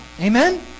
Amen